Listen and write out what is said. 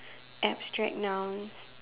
abstract nouns